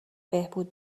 بهبود